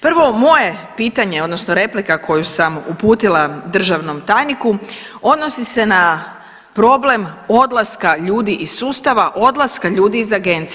Prvo moje pitanje odnosno replika koju sam uputila državnom tajniku odnosi se na problem odlaska ljudi iz sustava, odlaska ljudi iz agencije.